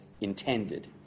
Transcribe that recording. intended